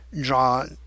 draw